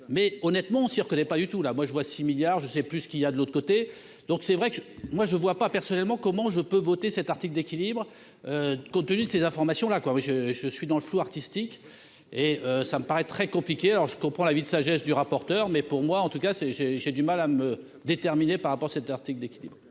mais honnêtement, on reconnaît pas du tout là, moi je vois 6 milliards je sais plus ce qu'il y a de l'autre côté, donc c'est vrai que moi, je ne vois pas personnellement, comment je peux voter cet article d'équilibre, compte tenu de ces informations-là quoi oui je, je suis dans le flou artistique et ça me paraît très compliqué, alors je comprends la vie de sagesse du rapporteur, mais pour moi en tout cas c'est j'ai j'ai du mal à me déterminer par rapport à cet article d'équilibre.